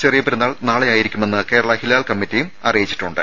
ചെറിയ പെരുന്നാൾ നാളെയായിരിക്കുമെന്ന് കേരള ഹിലാൽ കമ്മറ്റിയും അറിയിച്ചിട്ടുണ്ട്